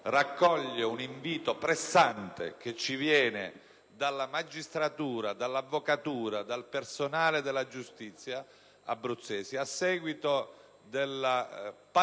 raccoglie un invito pressante che ci viene dalla magistratura, dall'avvocatura, dal personale della giustizia abruzzese, a seguito della particolare